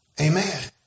Amen